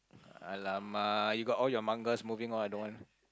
!alamak! you got all your mangas moving on I don't want